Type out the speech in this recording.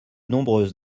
nombreuses